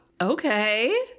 Okay